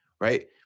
right